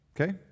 Okay